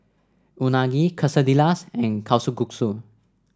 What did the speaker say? Unagi Quesadillas and Kalguksu